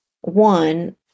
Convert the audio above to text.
one